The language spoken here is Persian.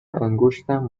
انگشتم